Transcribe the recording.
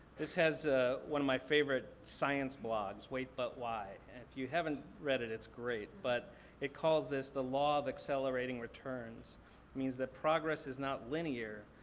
this has one of my favorite science blogs, wait but why, and if you haven't read it, it's great, but it calls this the law of accelerating returns. it means that progress is not linear.